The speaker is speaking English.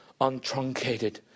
untruncated